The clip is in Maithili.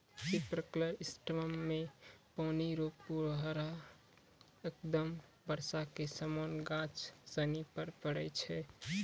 स्प्रिंकलर सिस्टम मे पानी रो फुहारा एकदम बर्षा के समान गाछ सनि पर पड़ै छै